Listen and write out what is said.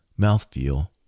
mouthfeel